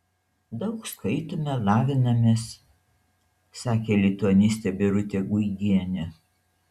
daug skaitome lavinamės sakė lituanistė birutė guigienė